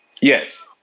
Yes